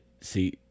see